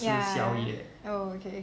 ya oh okay